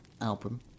album